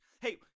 Hey